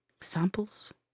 samples